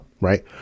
Right